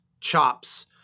chops